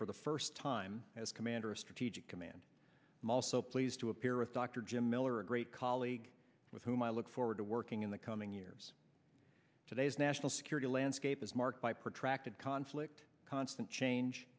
for the first time as commander of strategic command i'm also pleased to appear with dr jim miller a great colleague with whom i look forward to working in the coming years today's national security landscape is marked by protracted conflict constant change